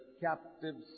captives